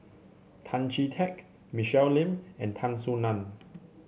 Tan Chee Teck Michelle Lim and Tan Soo Nan